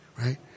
right